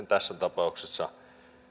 tässä tapauksessa